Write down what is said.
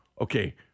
okay